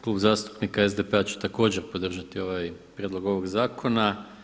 Klub zastupnika SDP-a će također podržati ovaj, prijedlog ovog zakona.